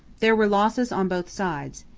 there were losses on both sides.